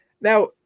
Now